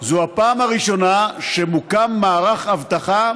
זו הפעם הראשונה שמוקם מערך אבטחה